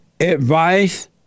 advice